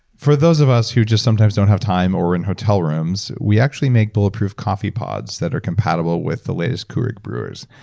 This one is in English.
for those of us who just sometimes don't have time or in hotel rooms, we actually make bulletproof coffee pods that are compatible with the latest keurig brewers.